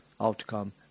outcome